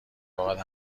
باهات